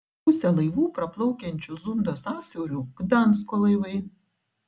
pusė laivų praplaukiančių zundo sąsiauriu gdansko laivai